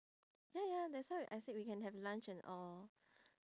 ya ya that's why I said we can have lunch and all